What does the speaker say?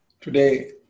Today